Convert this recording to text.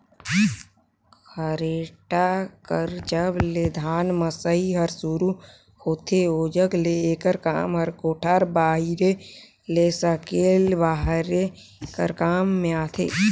खरेटा कर जब ले धान मसई हर सुरू होथे ओजग ले एकर काम हर कोठार बाहिरे ले सकेले बहारे कर काम मे आथे